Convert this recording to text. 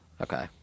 Okay